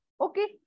Okay